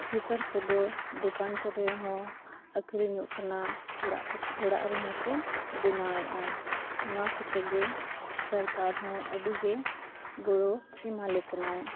sweater ᱠᱚᱫᱚ ᱫᱚᱠᱟᱱ ᱠᱚᱨᱮ ᱦᱚᱸ ᱟᱹᱠᱷᱨᱤᱧᱚᱜ ᱠᱟᱱᱟ ᱚᱲᱟᱜ ᱠᱚ ᱚᱲᱟᱜ ᱨᱮᱦᱚᱸ ᱠᱚ ᱵᱮᱱᱟᱣᱮᱜᱼᱟ ᱱᱚᱣᱟ ᱠᱚᱛᱮ ᱜᱮ ᱥᱚᱨᱠᱟᱨ ᱦᱚᱸ ᱟᱹᱰᱤ ᱜᱮ ᱜᱚᱲᱚ ᱮᱢᱟᱞᱮ ᱠᱟᱱᱟᱭ